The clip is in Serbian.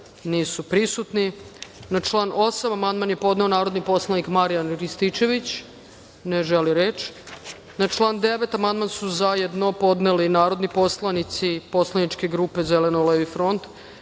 član 8. amandman je podneo narodni poslanik Marijan Rističević. Ne želi reč. Na član 9. amandman su zajedno podneli narodni poslanici poslaničke grupe Zeleno-levi front